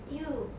!eww!